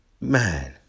man